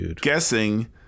guessing